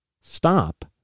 stop